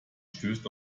stößt